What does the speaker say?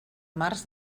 març